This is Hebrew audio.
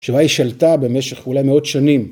שבה היא שלטה במשך אולי מאות שנים.